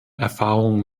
erfahrungen